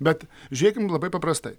bet žiūrėkim labai paprastai